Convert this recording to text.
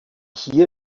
hier